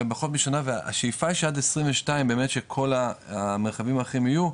בפחות משנה והשאיפה היא שעד 2022 באמת שכל המרחבים האחרים יהיו,